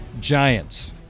Giants